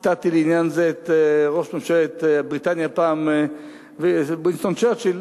ציטטתי פעם את ראש ממשלת בריטניה וינסטון צ'רצ'יל,